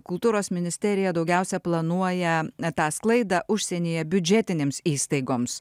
kultūros ministerija daugiausia planuoja ne tą sklaidą užsienyje biudžetinėms įstaigoms